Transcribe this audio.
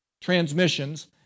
transmissions